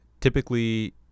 typically